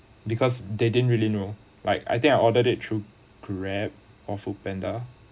because they didn't really know like I think I ordered it through grab or foodpanda